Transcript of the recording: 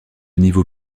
niveau